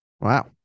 Wow